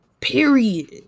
Period